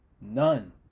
None